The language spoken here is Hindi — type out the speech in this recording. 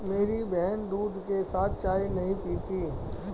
मेरी बहन दूध के साथ चाय नहीं पीती